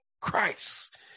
Christ